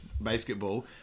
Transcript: basketball